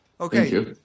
Okay